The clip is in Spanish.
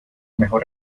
mejor